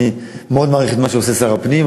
אני מעריך מאוד את מה שעושה שר הפנים,